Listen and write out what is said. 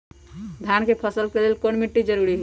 धान के फसल के लेल कौन मिट्टी जरूरी है?